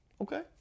Okay